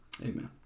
Amen